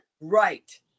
Right